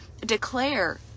Declare